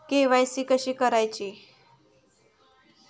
KYC कशी करायची?